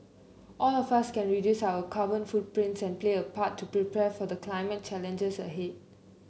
all of us can reduce our carbon footprints and play a part to prepare for the climate challenges ahead